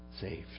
saved